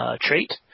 trait